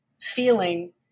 feeling